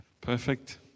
Perfect